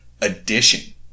addition